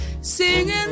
singing